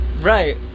Right